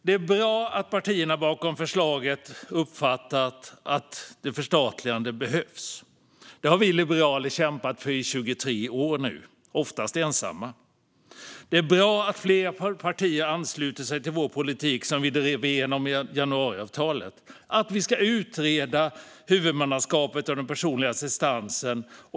Det är bra att partierna bakom förslaget uppfattat att ett förstatligande behövs. Det har vi liberaler kämpat för i 23 år - oftast ensamma. Det är bra att fler partier ansluter sig till vår politik som vi drev igenom i januariavtalet, att vi ska utreda huvudmannaskapet för den personliga assistansen.